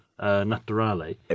naturale